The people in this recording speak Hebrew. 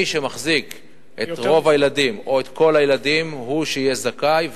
מי שמחזיק את רוב הילדים או את כל הילדים הוא שיהיה זכאי,